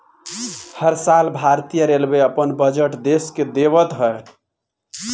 हर साल भारतीय रेलवे अपन बजट देस के देवत हअ